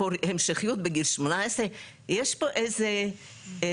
ריך להיות יותר גבוה באזרח אם אי פעם ירחיבו את החוק גם בכיוון הזה.